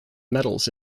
metals